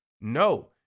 No